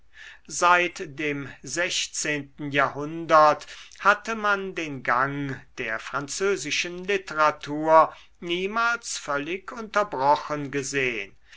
seit dem sechzehnten jahrhundert hatte man den gang der französischen literatur niemals völlig unterbrochen gesehn